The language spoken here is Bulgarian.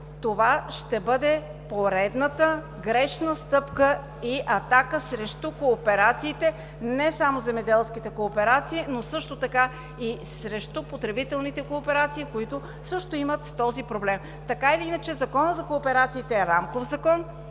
това ще бъде поредната грешна стъпка и атака срещу кооперациите, не само земеделските кооперации, но и срещу потребителните кооперации, които също имат този проблем. Така или иначе Законът за кооперациите е рамков закон